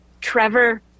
Trevor